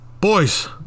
Boys